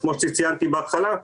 אז כמו שציינתי בהתחלה,